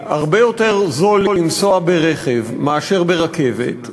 הרבה יותר זול לנסוע ברכב מאשר ברכבת,